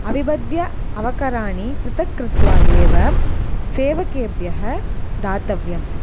अविबद्ध अवकराणि पृथक् कृत्वा एव सेवकेभ्यः दातव्यम्